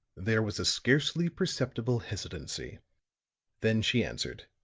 there was a scarcely perceptible hesitancy then she answered